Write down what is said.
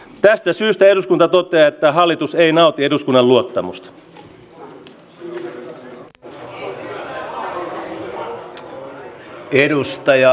tästä syystä eduskunta toteaa että hallitus ei nauti eduskunnan luottamusta